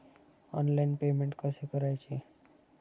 Online payment कसे करायचे?